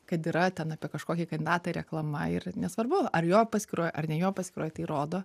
kad yra ten apie kažkokį kandidatą reklama ir nesvarbu ar jo paskyroj ar ne jo paskyroj tai rodo